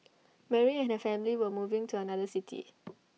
Mary and her family were moving to another city